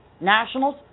Nationals